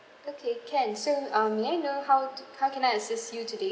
okay can so um may I know how to how can I assist you today